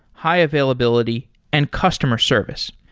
high-availability and customer service.